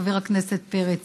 חבר הכנסת פרץ,